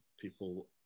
people